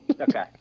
Okay